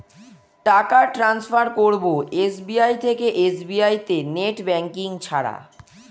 টাকা টান্সফার করব এস.বি.আই থেকে এস.বি.আই তে নেট ব্যাঙ্কিং ছাড়া?